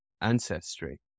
ancestry